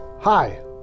Hi